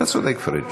אתה צודק, פריג'.